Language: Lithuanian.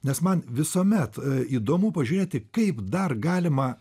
nes man visuomet įdomu pažiūrėti kaip dar galima